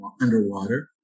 underwater